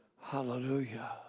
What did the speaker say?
Hallelujah